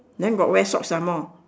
then got wear socks some more